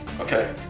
Okay